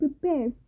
prepare